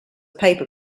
paper